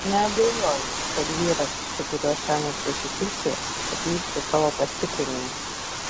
neabejoju kad vyras su kuriuo šiąnakt susitiksi atvyks su savo pastiprinimu